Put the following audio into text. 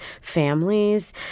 families